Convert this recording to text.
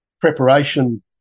preparation